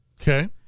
Okay